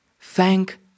Thank